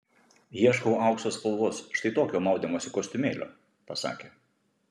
ieškau aukso spalvos štai tokio maudymosi kostiumėlio pasakė